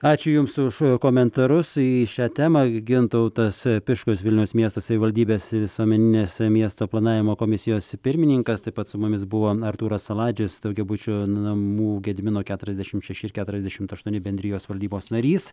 ačiū jums už komentarus į šią temą gintautas tiškus vilniaus miesto savivaldybės visuomeninės miesto planavimo komisijos pirmininkas taip pat su mumis buvo artūras saladžius daugiabučių namų gedimino keturiasdešimt šeši ir keturiasdešimt aštuoni bendrijos valdybos narys